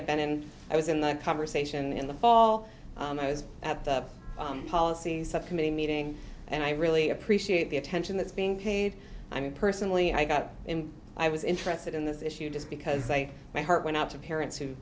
have been and i was in the conversation in the fall and i was at the policy subcommittee meeting and i really appreciate the attention that's being paid i mean personally i got in i was interested in this issue just because i my heart went out to parents who